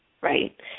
right